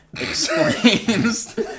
explains